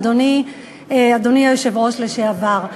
אדוני היושב-ראש לשעבר,